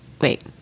Wait